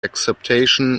acceptation